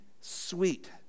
sweet